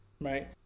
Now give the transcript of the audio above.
right